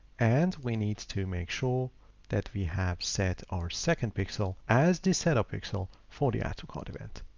and we need to make sure that we have set our second pixel as the setup pixel for the add to cart event.